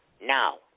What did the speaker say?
Now